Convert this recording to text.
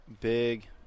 Big